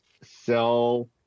sell